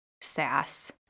sass